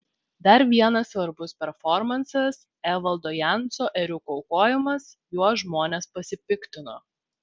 dar vienas svarbus performansas evaldo janso ėriuko aukojimas juo žmonės pasipiktino